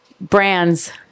Brands